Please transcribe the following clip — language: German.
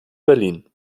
berlin